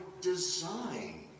design